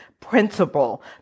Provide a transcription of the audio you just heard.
principle